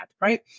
right